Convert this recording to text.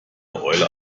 eule